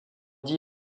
dit